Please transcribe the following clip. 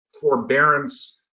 forbearance